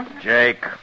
Jake